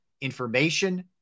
information